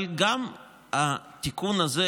אבל גם התיקון הזה,